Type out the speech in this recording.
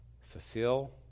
fulfill